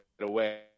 away